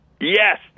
Yes